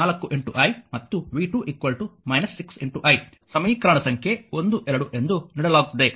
4 i ಮತ್ತು v 2 6 i ಸಮೀಕರಣ ಸಂಖ್ಯೆ ಎಂದು 1 2 ನೀಡಲಾಗುತ್ತದೆ